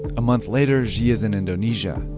a month later, xi is in indonesia